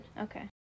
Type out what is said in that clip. okay